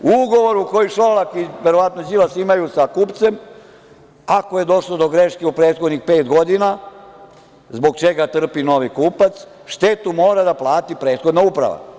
U ugovoru koji Šolak i Đilas imaju sa kupcem, verovatno, ako je došlo do greške u prethodnih pet godina, zbog čega trpi novi kupac, štetu mora da plati prethodna uprava.